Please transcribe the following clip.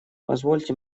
позвольте